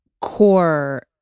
core